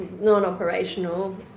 non-operational